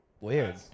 weird